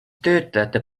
töötajate